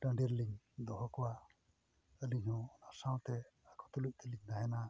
ᱴᱟᱺᱰᱤ ᱨᱮᱞᱤᱧ ᱫᱚᱦᱚ ᱠᱚᱣᱟ ᱟᱹᱞᱤᱧ ᱦᱚᱸ ᱚᱱᱟ ᱥᱟᱶᱛᱮ ᱟᱠᱚ ᱛᱩᱞᱩᱡ ᱛᱮᱞᱤᱧ ᱛᱟᱦᱮᱱᱟ